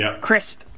crisp